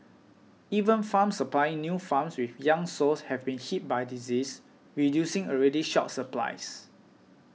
even farms supplying new farms with young sows have been hit by disease reducing already short supplies